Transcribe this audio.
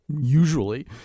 usually